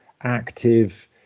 active